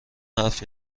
حرف